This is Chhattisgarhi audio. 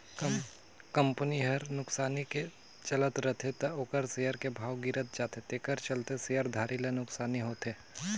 कंपनी हर नुकसानी मे चलत रथे त ओखर सेयर के भाव गिरत जाथे तेखर चलते शेयर धारी ल नुकसानी होथे